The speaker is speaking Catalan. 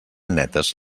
netes